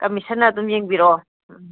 commission ꯑꯗꯨꯝ ꯌꯦꯡꯕꯤꯔꯛꯑꯣ ꯎꯝ